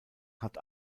hat